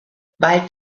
bald